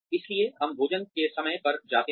इसलिए हम भोजन के समय पर जाते हैं